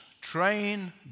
train